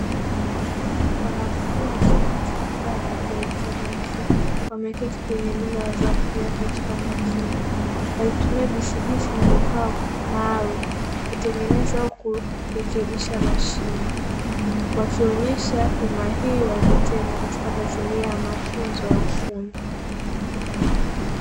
Wanafunzi katika fani ya kielektroniki wameketi kwenye meza wakitumia bisibisi na vifaa maalumu kutengeneza au kurekebisha mashine wakionesha umahiri wa vitendo katika mazingira ya mafunzo ya ufundi.